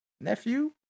Nephew